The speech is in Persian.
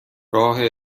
راه